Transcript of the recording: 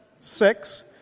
Six